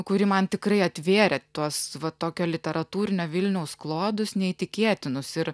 kuri man tikrai atvėrė tuos va tokio literatūrinio vilniaus klodus neįtikėtinus ir